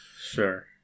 Sure